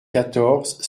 quatorze